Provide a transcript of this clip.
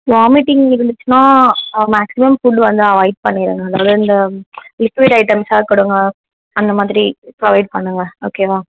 vomiting இருந்துச்சின்னால் maximum food வந்து avoid பண்ணிடுங்க அதாவது இந்த லிக்வீட் ஐட்டம்ஸா கொடுங்க அந்த மாதிரி ப்ரொவைட் பண்ணுங்கள் ஓகேவா